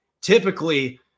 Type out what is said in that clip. typically